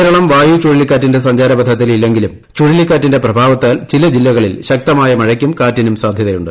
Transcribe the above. കേരളം വായു ചുഴലിക്കാറ്റിന്റെ സഞ്ചാരപഥത്തിൽ ഇല്ലെങ്കിലും ചുഴലിക്കാറ്റിന്റെ പ്രഭാവത്താൽ ചില ജില്ലകളിൽ ശക്തമായ മഴ്യ്ക്കും കാറ്റിനും സാധ്യതയുണ്ട്